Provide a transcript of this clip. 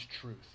truth